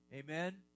Amen